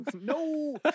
no